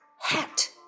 Hat